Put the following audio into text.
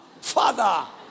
Father